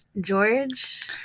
George